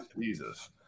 Jesus